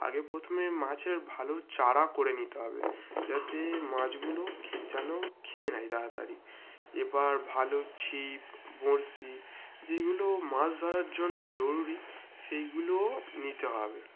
আগে প্রথমে মাছের ভালো চারা করে নিতে হবে যাতে মাছগুলো খেয়ে যেন খেয়ে নেয় তাড়াতাড়ি এবার ভালো ছিপ বড়শি যেগুলো মাছ ধরার জন্য জরুরি সেইগুলো নিতে হবে